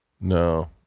No